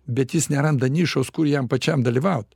bet jis neranda nišos kur jam pačiam dalyvaut